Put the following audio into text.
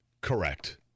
Correct